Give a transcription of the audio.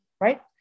Right